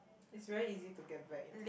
is very easy to get back into